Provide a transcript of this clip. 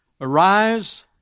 Arise